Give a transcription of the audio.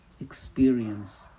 experience